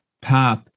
path